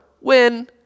Win